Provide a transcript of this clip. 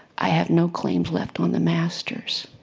i have no claims left on the masters.